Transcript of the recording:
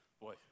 boy